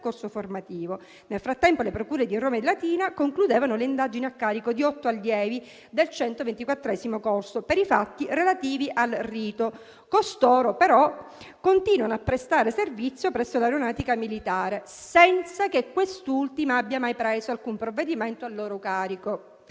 percorso formativo. Nel frattempo le procure di Roma e Latina concludevano le indagini a carico di otto allievi del 124° corso per i fatti relativi al rito. Costoro, però, continuano a prestare servizio presso l'Aeronautica militare, senza che quest'ultima abbia mai preso alcun provvedimento a loro carico.